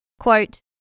Quote